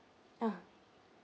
ah